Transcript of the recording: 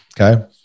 Okay